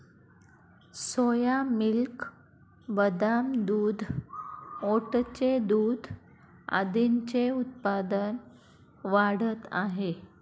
सोया milk, बदाम दूध, ओटचे दूध आदींचे उत्पादन वाढत आहे